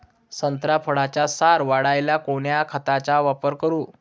संत्रा फळाचा सार वाढवायले कोन्या खताचा वापर करू?